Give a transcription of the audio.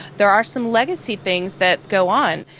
there are some legacy things that go on.